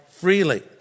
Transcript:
freely